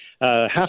half